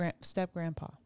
step-grandpa